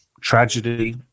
tragedy